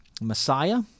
Messiah